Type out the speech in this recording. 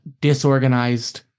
disorganized